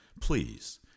please